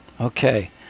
Okay